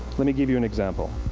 let me give you an example.